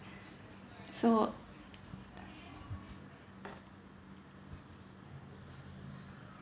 so